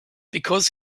because